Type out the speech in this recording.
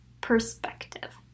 perspective